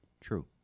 true